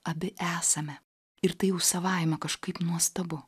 abi esame ir tai jau savaime kažkaip nuostabu